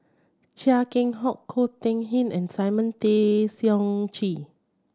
Chia Keng Hock Ko Teck Kin and Simon Tay Seong Chee